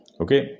Okay